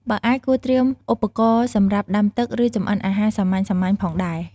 បើអាច គួរត្រៀមឧបករណ៍សម្រាប់ដាំទឹក ឬចម្អិនអាហារសាមញ្ញៗផងដែរ។